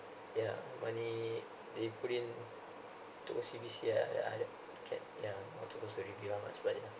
yeah money they put in to O_C_B_C yeah yeah I know can yeah I don't know how much then